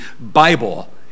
Bible